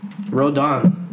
Rodon